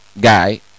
guy